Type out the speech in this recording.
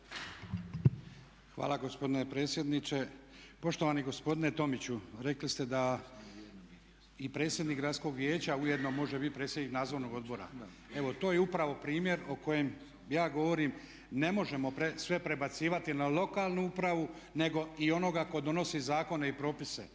Hvala gospodine predsjedniče. Poštovani gospodine Tomiću, rekli ste da i predsjednik Gradskog vijeća ujedno može biti predsjednik Nadzornog odbora. Evo to je upravo primjer o kojem ja govorim. Ne možemo sve prebacivati na lokalnu upravu nego i onoga tko donosi zakone i propise.